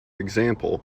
example